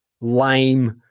lame